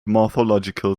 morphological